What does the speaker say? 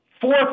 four